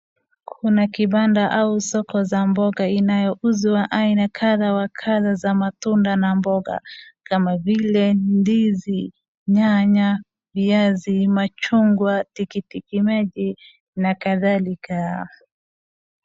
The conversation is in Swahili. Kuna kibanda au soko za mboga inayouzwa aina kadha wa kadha za matunda na mboga kama vile ndizi, nyanya, viazi, machungwa, tikitiki maji na kadhalika.